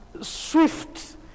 swift